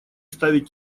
ставить